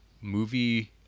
movie